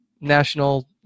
National